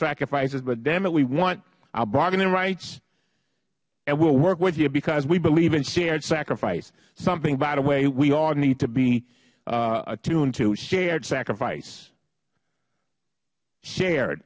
sacrifices but damn it we want our bargaining rights and we will work with you because we believe in shared sacrifice something by the way we all need to be attuned to shared sacrifice shared